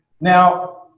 Now